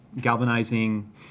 galvanizing